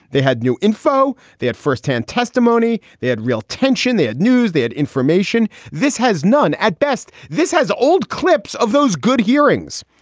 they had new info. they had firsthand testimony. they had real tension. they had news. they had information. this has none. at best, this has old clips of those good hearings.